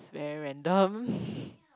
it's very random